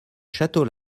château